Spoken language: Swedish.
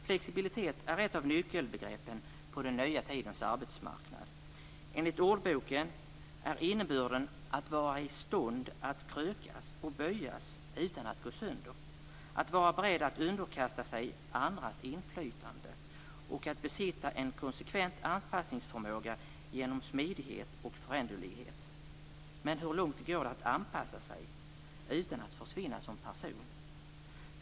Flexibilitet är ett av nyckelbegreppen på den nya tidens arbetsmarknad. Enligt ordboken är innebörden att vara i stånd att krökas och böjas utan att gå sönder, att vara beredd att underkasta sig andras inflytande och att besitta en konsekvent anpassningsförmåga genom smidighet och föränderlighet. Men hur långt går det att anpassa sig utan att försvinna som person?